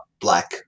Black